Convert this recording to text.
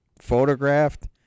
photographed